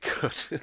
good